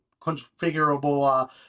configurable